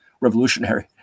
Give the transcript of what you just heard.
revolutionary